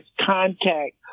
contact